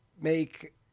make